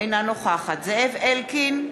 אינה נוכחת זאב אלקין,